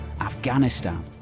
Afghanistan